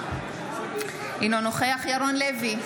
אינו נוכח ירון לוי,